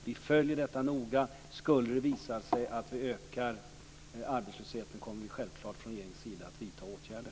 Vi följer detta noga. Skulle det visa sig att arbetslösheten ökar kommer vi från regeringen självfallet att vidta åtgärder.